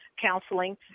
counseling